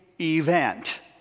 event